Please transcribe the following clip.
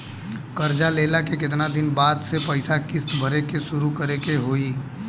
कर्जा लेला के केतना दिन बाद से पैसा किश्त भरे के शुरू करे के होई?